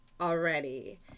already